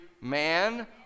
man